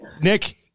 Nick